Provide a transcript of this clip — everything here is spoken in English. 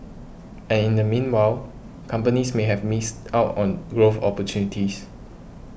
and in the meanwhile companies may have miss out on growth opportunities